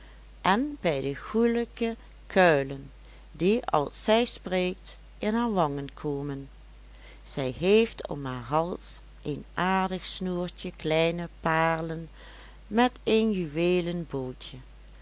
en bij de goelijke kuilen die als zij spreekt in haar wangen komen zij heeft om haar hals een aardig snoertje kleine paarlen met een juweelen bootje